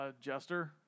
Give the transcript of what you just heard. Jester